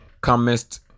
comest